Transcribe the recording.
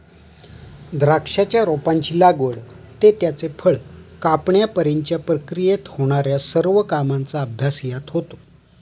द्राक्षाच्या रोपाची लागवड ते त्याचे फळ कापण्यापर्यंतच्या प्रक्रियेत होणार्या सर्व कामांचा अभ्यास यात होतो